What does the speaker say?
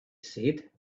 said